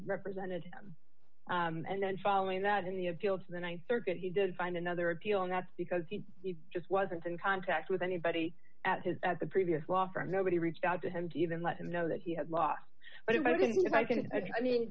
represented him and then following that in the appeal to the th circuit he did find another appeal and that's because he just wasn't in contact with anybody at his at the previous law firm nobody reached out to him to even let him know that he had lost but if i think i can i mean